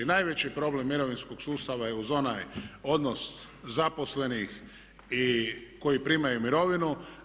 Najveći problem mirovinskog sustava je uz onaj odnos zaposlenih i koji primaju mirovinu.